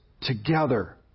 together